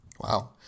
Wow